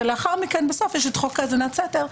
ולאחר מכן בסוף יש את חוק האזנת סתר,